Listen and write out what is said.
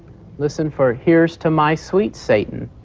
listen for here's to my sweet satan.